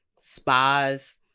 spas